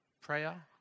Prayer